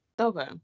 Okay